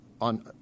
on